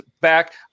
back